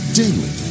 daily